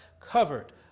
Covered